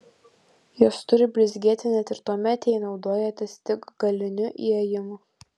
jos turi blizgėti net ir tuomet jei naudojatės tik galiniu įėjimu